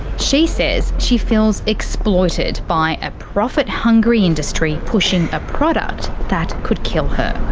she says she feels exploited by a profit hungry industry pushing a product that could kill her.